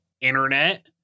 internet